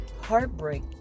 heartbreak